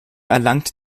erlangt